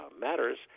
matters